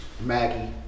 Maggie